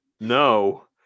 no